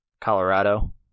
Colorado